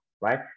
right